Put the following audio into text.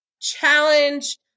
challenge